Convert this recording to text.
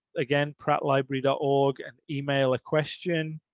again, prattlibrary dot org and email a question.